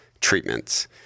treatments